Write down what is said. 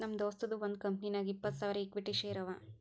ನಮ್ ದೋಸ್ತದು ಒಂದ್ ಕಂಪನಿನಾಗ್ ಇಪ್ಪತ್ತ್ ಸಾವಿರ ಇಕ್ವಿಟಿ ಶೇರ್ ಅವಾ